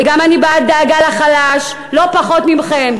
וגם אני בעד דאגה לחלש לא פחות מכם,